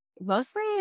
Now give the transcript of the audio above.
mostly